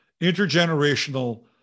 Intergenerational